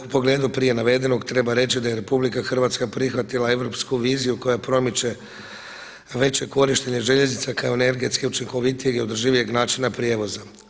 U pogledu prije navedenog treba reći da je RH prihvatila europsku viziju koja promiče veće korištenje željeznica kao energetski učinkovitijeg i održivijeg načina prijevoza.